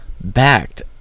backed